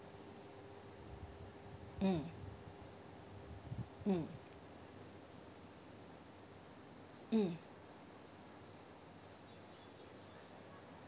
mm mm mm